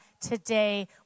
today